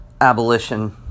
abolition